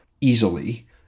easily